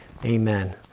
Amen